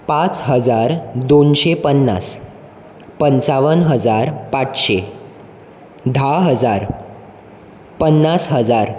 पांच हजार दोनशे पन्नास पंचावन्न हजार पाचशें धा हजार पन्नास हजार